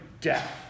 death